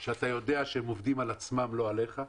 שאתה יודע שהם עובדים על עצמם ולא עליך.